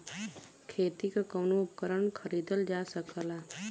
खेती के कउनो उपकरण खरीदल जा सकला